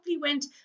went